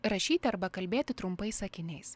rašyti arba kalbėti trumpais sakiniais